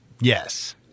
Yes